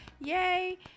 yay